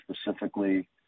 specifically